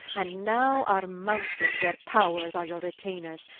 and now are mounted where powres are your retainers,